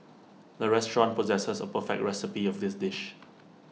the restaurant possesses A perfect recipe of this dish